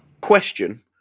Question